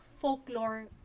folklore